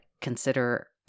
consider